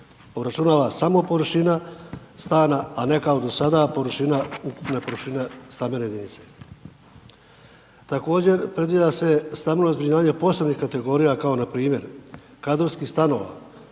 obračunava samo površina stana, a ne kao do sada površina ukupne površine stambene jedinice. Također predviđa se stambeno zbrinjavanje posebnih kategorija, kao npr. kadrovskih stanova,